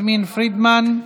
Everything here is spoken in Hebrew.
יסמין פרידמן,